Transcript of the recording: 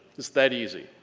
it's that easy.